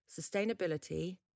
sustainability